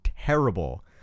terrible